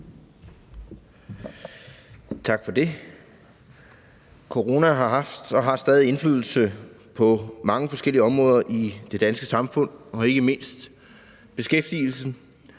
Tak for det. Corona har haft og har stadig indflydelse på mange forskellige områder i det danske samfund og ikke mindst beskæftigelsen,